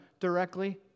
directly